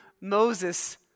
Moses